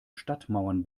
stadtmauern